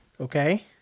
Okay